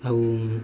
ଆଉ